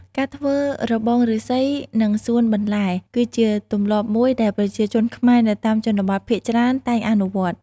ការធ្វើរបងឬស្សីនិងសួនបន្លែ គឺជាទម្លាប់មួយដែលប្រជាជនខ្មែរនៅតាមជនបទភាគច្រើនតែងអនុវត្ត។